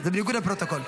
זה בניגוד לפרוטוקול.